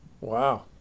wow